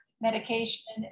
medication